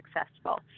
successful